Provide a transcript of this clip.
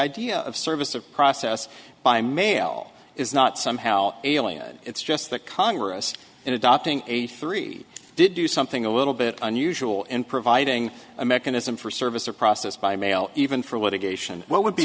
idea of service of process by mail is not somehow alien it's just that congress in adopting a three did do something a little bit unusual in providing a mechanism for service or process by mail even for what